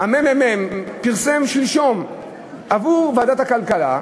הממ"מ פרסם שלשום מסמך עבור ועדת הכלכלה,